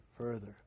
further